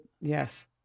Yes